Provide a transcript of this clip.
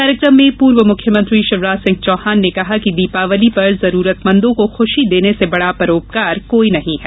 कार्यक्रम में पूर्व मुख्यमंत्री शिवराज सिंह चौहान ने कहा कि दीपावली पर ज़रूरतमंदों को ख़ुशी देने से बड़ा परोपकार कोई नहीं है